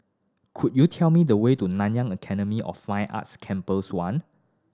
could you tell me the way to Nanyang Academy of Fine Arts Campus One